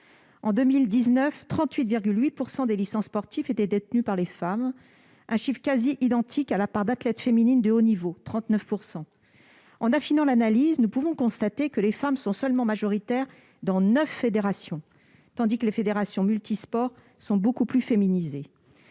ce sont 38,8 % des licences sportives qui étaient détenues par des femmes, un pourcentage quasiment identique à la part d'athlètes féminines de haut niveau, qui est de 39 %. En affinant l'analyse, nous pouvons constater que les femmes sont majoritaires dans neuf fédérations seulement, tandis que les fédérations multisports sont beaucoup plus féminisées.